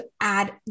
add